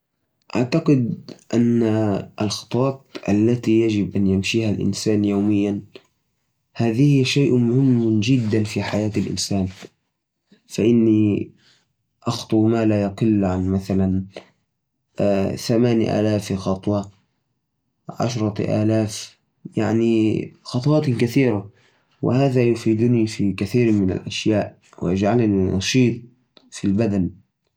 أعتقد أني أمشي حوالي سبعه الاف إلى عشره الاف خطوة يومياً. وهذا يعني تقريباً ما بين تسعه واربعين ألف وسبعين ألف خطوة أسبوعياً. طبعاً العدد يختلف حسب النشاطات اليومية.